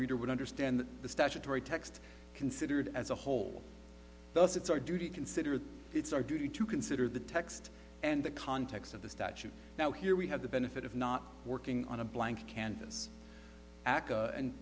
reader would understand the statutory text considered as a whole does its our duty considered it's our duty to consider the text and the context of the statute now here we have the benefit of not working on a blank canvas a